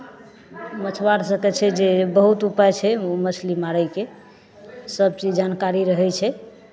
मछुआर सभके छै जे बहुत उपाय छै मछली मारयके सभचीज जानकारी रहै छै